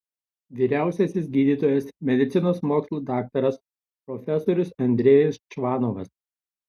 vyriausiasis gydytojas medicinos mokslų daktaras profesorius andrejus čvanovas